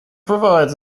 provides